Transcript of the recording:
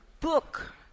book